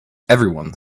everyone